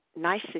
Nice